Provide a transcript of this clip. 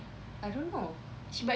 I don't know